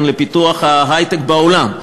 לפיתוח ההיי-טק בעולם.